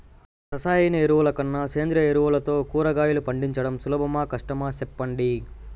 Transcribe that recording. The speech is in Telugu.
రసాయన ఎరువుల కన్నా సేంద్రియ ఎరువులతో కూరగాయలు పండించడం సులభమా కష్టమా సెప్పండి